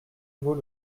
vaut